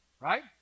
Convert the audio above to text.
right